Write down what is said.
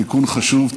תיקון חשוב,